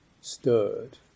Stirred